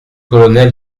colonel